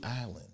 Island